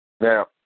Now